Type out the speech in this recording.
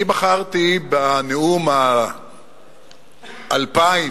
אני בחרתי בנאום ה-2,000